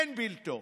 אין בלתו.